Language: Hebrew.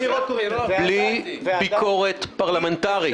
ובלי ביקורת פרלמנטרית.